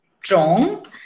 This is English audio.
strong